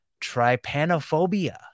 trypanophobia